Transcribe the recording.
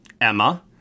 Emma